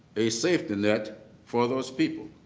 a safety net for those people.